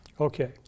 Okay